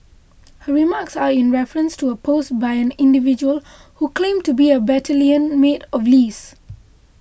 her remarks are in reference to a post by an individual who claimed to be a battalion mate of Lee's